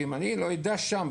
ואם אני לא אדע שם,